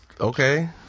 okay